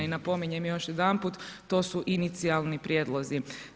I napominjem još jedanput, to su inicijalni prijedlozi.